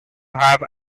have